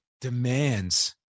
demands